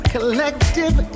Collective